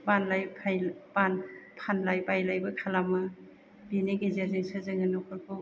बानलाय फाय बान फानलाय बायलायबो खालामो बेनि गेजेरजोंसो जोंङो नखरखौ